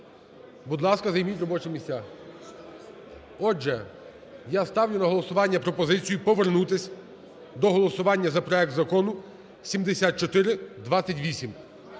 Будь ласка, займіть робочі місця. Отже, я ставлю на голосування пропозицію повернутись до голосування за проект Закону 7428.